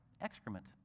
excrement